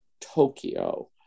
Tokyo